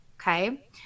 Okay